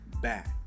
back